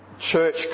church